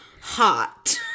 hot